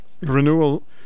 renewal